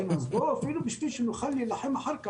אפילו בשביל שנוכל להילחם אחר כך,